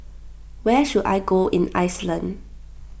where should I go in Iceland